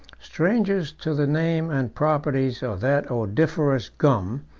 strangers to the name and properties of that odoriferous gum,